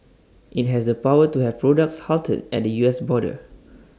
IT has the power to have products halted at the U S border